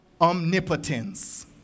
omnipotence